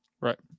Right